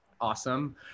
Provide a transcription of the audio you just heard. awesome